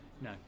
No